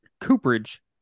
Cooperage